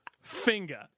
finger